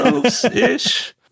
close-ish